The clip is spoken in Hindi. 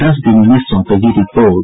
दस दिनों में सौंपेगी रिपोर्ट